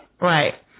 Right